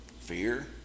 fear